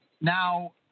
Now